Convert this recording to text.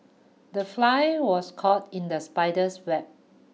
the fly was caught in the spider's web